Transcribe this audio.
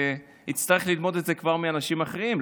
אצטרך ללמוד את זה כבר מאנשים אחרים.